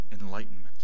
enlightenment